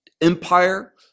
empire